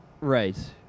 Right